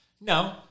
No